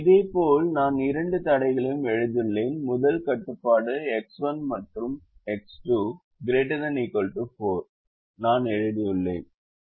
இதேபோல் நான் இரண்டு தடைகளையும் எழுதியுள்ளேன் முதல் கட்டுப்பாடு எக்ஸ் 1 எக்ஸ் 2 ≥ 4 நான் எழுதியுள்ளேன்